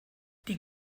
die